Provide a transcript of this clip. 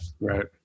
right